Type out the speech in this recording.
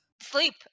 sleep